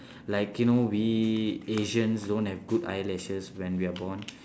like you know we asians don't have good eyelashes when we are born